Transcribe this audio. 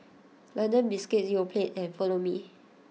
London Biscuits Yoplait and Follow Me